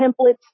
templates